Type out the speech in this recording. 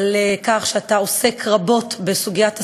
על כך שאתה עוסק רבות בסוגיית הספורט,